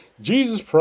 Jesus